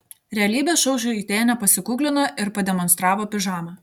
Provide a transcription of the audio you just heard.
realybės šou žvaigždė nepasikuklino ir pademonstravo pižamą